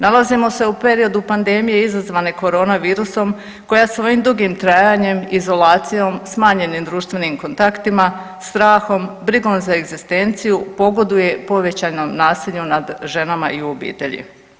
Nalazimo se u periodu pandemije izazvane korona virusom koja svojim dugim trajanjem, izolacijom, smanjenim društvenim kontaktima, strahom, brigom za egzistenciju pogoduje povećanom nasilju nad ženama i u obitelji.